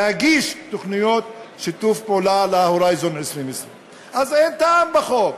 להגיש תוכניות שיתוף פעולה ל"הורייזן 2020". אז אין טעם בחוק.